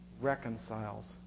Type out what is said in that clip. reconciles